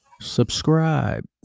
Subscribe